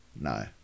No